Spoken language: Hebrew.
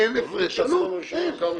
אין הפרש עלות, אין.